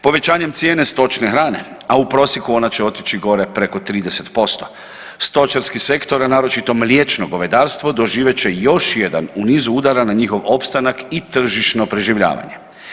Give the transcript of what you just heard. Povećanjem cijene stočne hrane, a u prosijeku ona će otići gore preko 30%, stočarski sektor, a naročito mliječno govedarstvo doživjet će još jedan u nizu udara na njihov opstanak i tržišno preživljavanje.